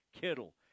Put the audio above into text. kittle